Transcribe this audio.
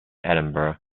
edinburgh